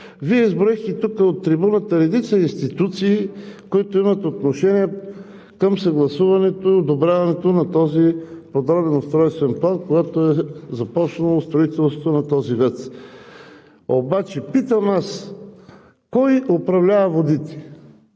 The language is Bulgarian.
Вие изброихте редица институции, които имат отношение към съгласуването, одобряването на този подробен устройствен план, когато е започнало строителството на тази ВЕЦ. Обаче, питам аз, кой управлява водите?